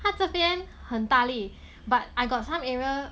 他这边很大力 but I got some area